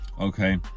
okay